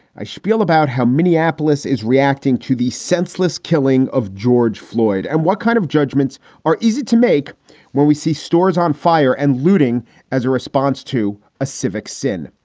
i spiel about how minneapolis is reacting to the senseless killing of george floyd and what kind of judgments are easy to make when we see stores on fire and looting as a response to a civic sin.